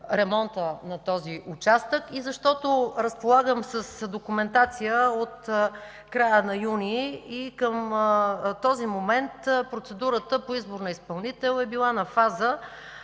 ремонта на този участък, и защото разполагам с документация от края на месец юни и към този момент процедурата по избор на изпълнител е била на фаза